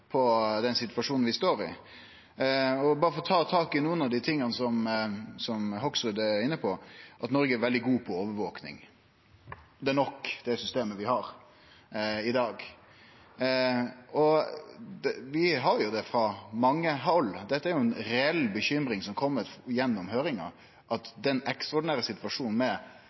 på den situasjonen vi står i. Berre for å ta tak i nokre av dei tinga som Hoksrud er inne på, at Norge er veldig god på overvaking, at det er nok, det systemet vi har i dag. Vi har det jo frå mange hald – dette er ei reell bekymring, som kom gjennom høyringa, at den ekstraordinære situasjonen med